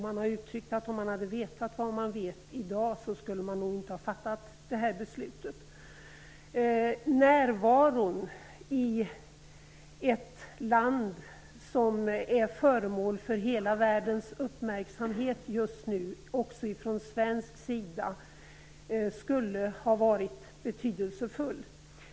Man har uttryckt att man nog inte skulle ha fattat det beslutet om man hade vetat vad man vet i dag. Närvaron i ett land som är föremål för hela världens uppmärksamhet just nu, också ifrån svensk sida, skulle ha varit betydelsefull.